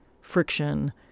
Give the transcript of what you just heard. friction